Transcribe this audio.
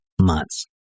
months